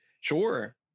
Sure